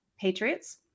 Patriots